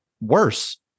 worse